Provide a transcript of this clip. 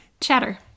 chatter